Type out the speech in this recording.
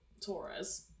Torres